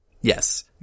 Yes